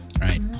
Right